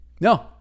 no